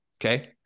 okay